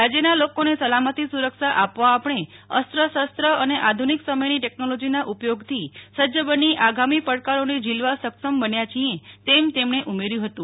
રાજ્યના લોકોને સલામતી સુરક્ષા આપવા આપણે અસ્ત્ર શસ્ત્ર અને આધુનિક સમયની ટેકનોલોજીના ઉપયોગ થી સજ્જ બની આગામી પડકારોને ઝીલવા સક્ષમ બન્યા છીઐ તેમ તેમણે ઉમેર્થું હતું